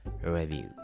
Review